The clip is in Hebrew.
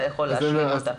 אתה יכול להשלים אותה.